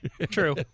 true